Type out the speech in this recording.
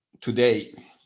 today